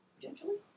Potentially